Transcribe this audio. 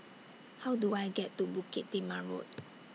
How Do I get to Bukit Timah Road